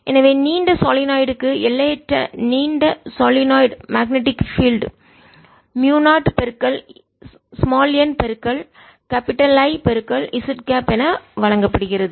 எனவே நீண்ட சொலினாய்டு க்கு எல்லையற்ற நீண்ட சொலினாய்டு மேக்னெட்டிக் பீல்ட் காந்தப்புலம் மியூ0 n I z கேப் என வழங்கப்படுகிறது